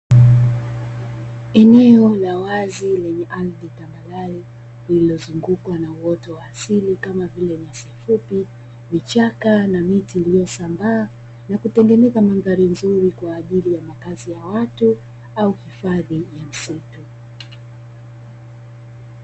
Eneo la wazi lenye ardhi tambarare lililozungukwa na uoto wa asili kama vile nyasi fupi, vichaka na miti iliyosambaa na kutengeneza mandhari nzuri kwa ajili ya makazi ya watu au hifadhi ya msitu.